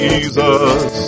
Jesus